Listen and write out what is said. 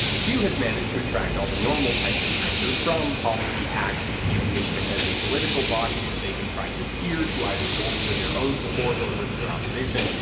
q has managed to attract all the normal types of grifters, from policy hacks who see the movement as a political body that they can try to steer to either bolster their own support or hurt their opposition,